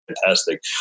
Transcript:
fantastic